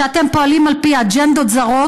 שאתם פועלים על פי אג'נדות זרות,